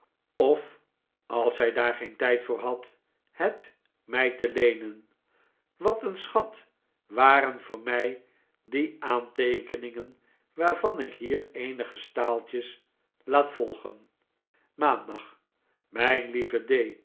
of als zij daar geen tijd voor had het mij te leenen wat een schat waren voor mij die aanteekeningen waarvan ik hier eenige staaltjes laat volgen maandag mijn lieve